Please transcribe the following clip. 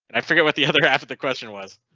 i figured out the other half of the question was.